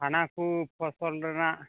ᱦᱟᱱᱟ ᱠᱚ ᱯᱷᱚᱥᱚᱞ ᱨᱮᱱᱟᱜ